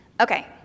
Okay